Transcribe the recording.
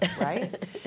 right